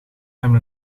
hebben